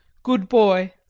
good boy,